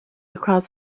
across